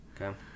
Okay